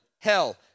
Hell